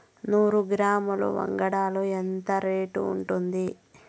నూరు కిలోగ్రాముల వంగడాలు ఎంత రేటు ఉంటుంది?